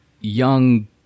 young